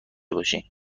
باشی